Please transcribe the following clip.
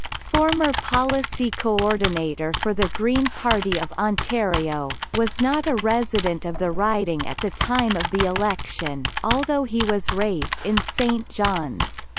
former policy coordinator for the green party of ontario, was not a resident of the riding at the time of the election, although he was raised in st. john's.